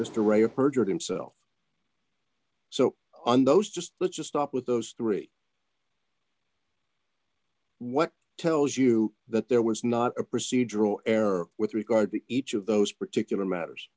perjured himself so and those just let's just stop with those three what tells you that there was not a procedural error with regard to each of those particular matters